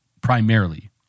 primarily